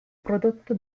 prodotto